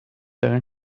dran